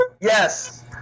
yes